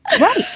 Right